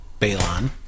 Balon